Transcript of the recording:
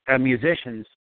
musicians